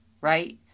Right